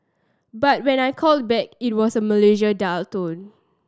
but when I called back it was a Malaysia dial tone